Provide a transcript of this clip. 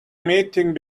meeting